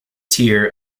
tier